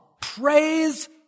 Praise